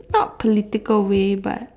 not political way but